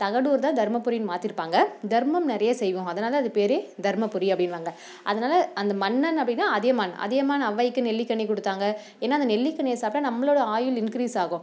தகடூர் தான் தர்மபுரினு மாற்றிருப்பாங்க தர்மம் நிறைய செய்வோம் அதனால அது பேர் தர்மபுரி அப்படினுவாங்க அதனால அந்த மன்னன் அப்படினா அதியமான் அதியமான் ஔவைக்கு நெல்லிக்கனி கொடுத்தாங்க ஏன்னால் அந்த நெல்லிக்கனியை சாப்பிட்டா நம்மளோடய ஆயுள் இன்கிரீஸ் ஆகும்